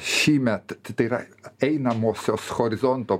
šįmet tai yra einamosios horizonto